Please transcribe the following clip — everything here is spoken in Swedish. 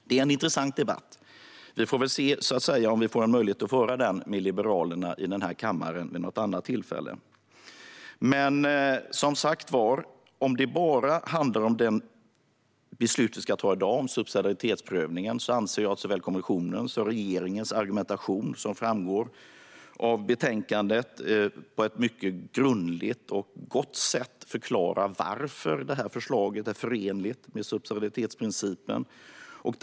Det är en intressant debatt. Vi får se om vi får en möjlighet att föra den med Liberalerna i denna kammare vid något annat tillfälle. Som sagt var: Om det bara handlar om det beslut vi ska ta i dag, om subsidiaritetsprövningen, anser jag att såväl kommissionens som regeringens argumentation, som framgår av betänkandet, på ett mycket grundligt och gott sätt förklarar varför detta förslag är förenligt med subsidiaritetsprincipen. Fru talman!